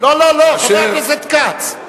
לא לא, חבר הכנסת כץ.